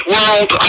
World